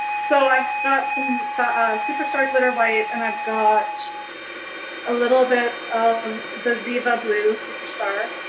so i've got some superstar glitter white and i've got a little bit of the ziva blue superstar